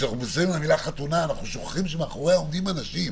מאחורי חתונה עומדים אנשים